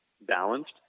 balanced